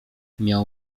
miał